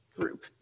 group